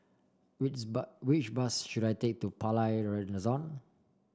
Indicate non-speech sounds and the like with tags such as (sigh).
which (unintelligible) which bus should I take to Palais (unintelligible)